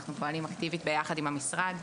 אנחנו פועלים אקטיבית ביחד עם המשרד,